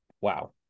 Wow